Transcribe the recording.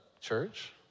church